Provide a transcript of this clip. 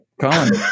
Colin